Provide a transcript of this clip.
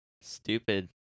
stupid